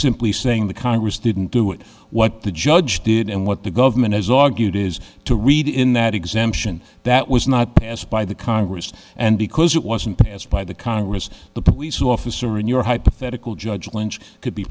simply saying the congress didn't do it what the judge did and what the government has argued is to read in that exemption that was not passed by the congress and because it wasn't passed by the congress the police officer in your hypothetical judge lynch could be